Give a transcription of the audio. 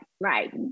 Right